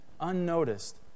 unnoticed